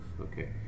okay